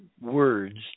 words